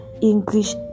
English